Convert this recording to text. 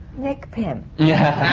nick pimm. yeah